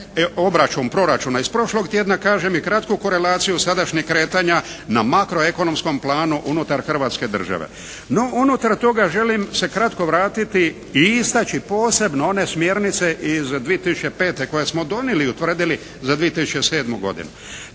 obračun proračuna iz prošlog tjedna kažem i kratku korelaciju sadašnjeg kretanja na makroekonomskom planu unutar Hrvatske države. No, unutar toga želim se kratko vratiti i istaći posebno one smjernice iz 2005. koje smo donijeli i utvrdili za 2007. godinu.